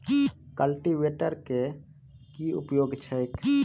Cultivator केँ की उपयोग छैक?